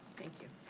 thank you.